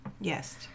Yes